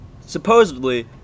Supposedly